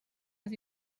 les